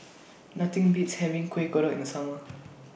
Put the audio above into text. Nothing Beats having Kueh Kodok in Summer